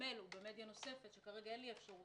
במייל או במדיה נוספת שכרגע אין לי אפשרות